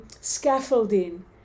scaffolding